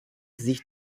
sich